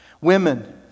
Women